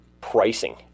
pricing